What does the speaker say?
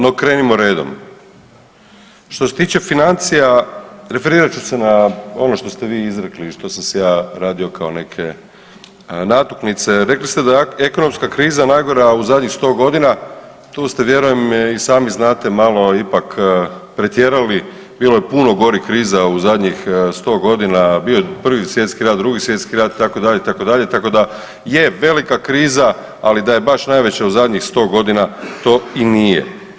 No krenimo redom, što se tiče financija referirat ću se na ono što ste vi izrekli i što sam si ja radio kao neke natuknice, rekli ste da je ekonomska kriza najgora u zadnjih 100.g., tu ste vjerujem i sami znate malo ipak pretjerali, bilo je puno gorih kriza u zadnjih 100.g., bio je Prvi svjetski rat, Drugi svjetski rat, itd., itd., tako da je velika kriza, ali da je baš najveća u zadnjih 100.g., to i nije.